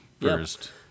first